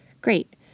Great